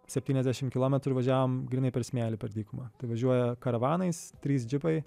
septyniasdešimt kilometrų važiavom grynai per smėlį per dykumą tai važiuoja karavanais trys džipai